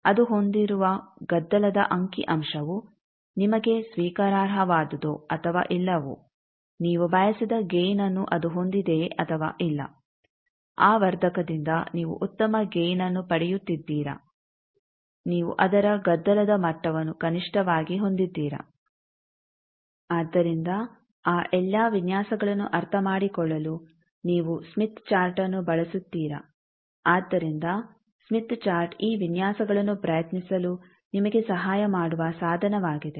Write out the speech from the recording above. ಅದು ಹೊಂದಿರುವ ಗದ್ದಲದ ಅಂಕಿ ಅಂಶವು ನಿಮಗೆ ಸ್ವೀಕಾರಾರ್ಹವಾದುದೋ ಅಥವಾ ಇಲ್ಲವೋ ನೀವು ಬಯಸಿದ ಗೈನ್ಆನ್ನು ಅದು ಹೊಂದಿದೆಯೇ ಅಥವಾ ಇಲ್ಲ ಆ ವರ್ಧಕದಿಂದ ನೀವು ಉತ್ತಮ ಗೈನ್ಅನ್ನು ಪಡೆಯುತ್ತಿದ್ದೀರಾ ನೀವು ಅದರ ಗದ್ದಲದ ಮಟ್ಟವನ್ನು ಕನಿಷ್ಟವಾಗಿ ಹೊಂದಿದ್ದೀರ ಆದ್ದರಿಂದ ಆ ಎಲ್ಲಾ ವಿನ್ಯಾಸಗಳನ್ನು ಅರ್ಥಮಾಡಿಕೊಳ್ಳಲು ನೀವು ಸ್ಮಿತ್ ಚಾರ್ಟ್ಅನ್ನು ಬಳಸುತ್ತೀರಾ ಆದ್ದರಿಂದ ಸ್ಮಿತ್ ಚಾರ್ಟ್ ಈ ವಿನ್ಯಾಸಗಳನ್ನು ಪ್ರಯತ್ನಿಸಲು ನಿಮಗೆ ಸಹಾಯ ಮಾಡುವ ಸಾಧನವಾಗಿದೆ